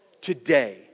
Today